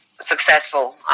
successful